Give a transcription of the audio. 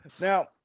Now